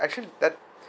actually that